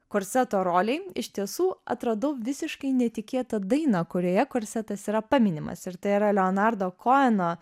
korseto rolei iš tiesų atradau visiškai netikėtą dainą kurioje korsetas yra paminimas ir tai yra leonardo koeno